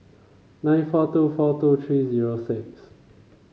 nine four two four two three zero six